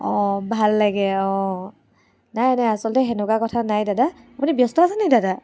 অ' ভাল লাগে অ' নাই নাই আচলতে তেনেকুৱা কথা নাই দাদা আপুনি ব্যস্ত আছে নেকি দাদা